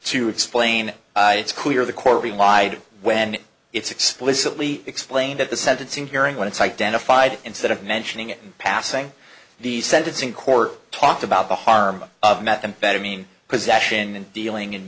to explain it it's clear the court relied when it's explicitly explained at the sentencing hearing when it's identified instead of mentioning it in passing the sentencing court talked about the harm of methamphetamine possession and dealing